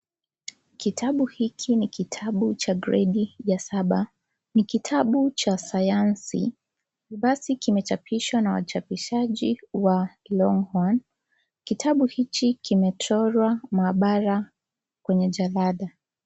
Kitabu hiki ni kitabu cha grade ya saba. Ni kitabu cha sayansi, basi kimechapishwa na wachapishaji wa Longhorn .Kitabu hichi kimechorwa maabara kwenye jalada.